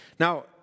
Now